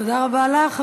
תודה רבה לך.